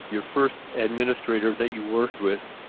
your first administrator that you worked with,